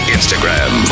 Instagram